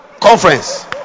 conference